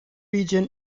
region